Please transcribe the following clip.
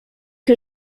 que